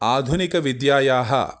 आधुनिकविद्यायाः